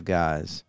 guys